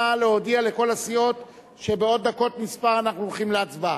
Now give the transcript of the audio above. נא להודיע לכל הסיעות שבעוד דקות מספר אנחנו הולכים להצבעה.